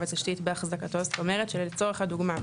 התשתית בהחזקתו - זאת אומרת שלצורך הדוגמה.